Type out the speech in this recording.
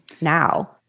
now